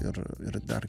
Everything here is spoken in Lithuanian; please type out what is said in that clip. ir ir dar